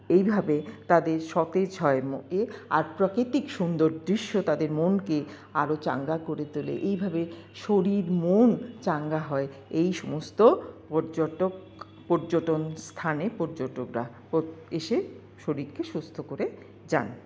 এইভাবে তাদের সতেজ হয় আর প্রাকৃতিক সুন্দর দৃশ্য তাদের মনকে আরও চাঙ্গা করে তোলে এইভাবে শরীর মন চাঙ্গা হয় এই সমস্ত পর্যটক পর্যটন স্থানে পর্যটকরা এসে শরীরকে সুস্থ করে যান